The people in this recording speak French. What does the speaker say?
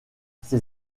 ses